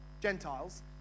Gentiles